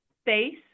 space